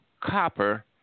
copper